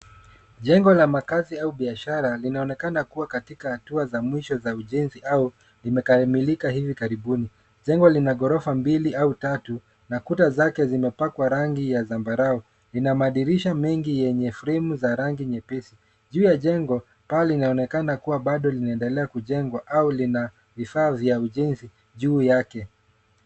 Jengo la makazi au biashara linaonekana kuwa katika hatua za mwisho za ujenzi au limekamilika hivi karibuni. Jengo lina ghorofa mbili au tatu na kuta zake zimepakwa rangi ya zambarau. Lina madirisha mengi yenye fremu za rangi nyepesi. Juu ya jengo, paa linaonekana kuwa bado linaendelea kujengwa au lina vifaa vya ujenzi juu yake.